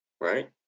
right